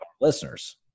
listeners